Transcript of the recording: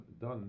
done